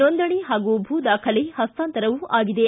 ನೋಂದಣಿ ಹಾಗೂ ಭೂ ದಾಖಲೆ ಹಸ್ತಾಂತರವೂ ಆಗಿದೆ